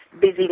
busy